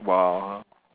!wah!